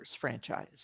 franchise